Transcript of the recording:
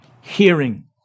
hearing